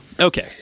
Okay